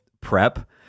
prep